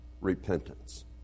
repentance